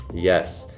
yes,